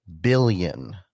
billion